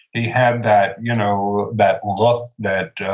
he had that you know that look that